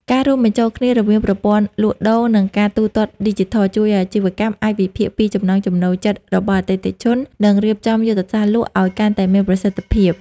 ការរួមបញ្ចូលគ្នារវាងប្រព័ន្ធលក់ដូរ និងការទូទាត់ឌីជីថល ជួយឱ្យអាជីវករអាចវិភាគពីចំណង់ចំណូលចិត្តរបស់អតិថិជន និងរៀបចំយុទ្ធសាស្ត្រលក់ឱ្យកាន់តែមានប្រសិទ្ធភាព។